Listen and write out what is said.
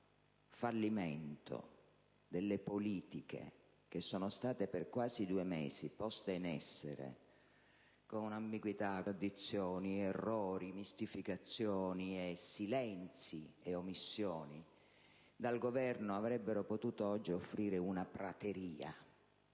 fallimento delle politiche che sono state per quasi due mesi poste in essere, con ambiguità, contraddizioni, errori, mistificazioni, silenzi e omissioni dal Governo, avrebbe potuto oggi offrire una prateria.